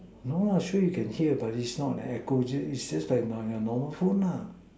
no lah so you can hear about is not the echo just is is like your normal phone lah